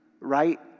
right